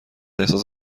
احساس